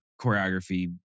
choreography